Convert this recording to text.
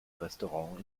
restaurant